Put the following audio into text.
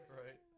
right